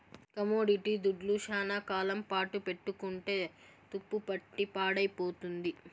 commodity దుడ్లు శ్యానా కాలం పాటు పెట్టుకుంటే తుప్పుపట్టి పాడైపోతుంది